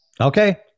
Okay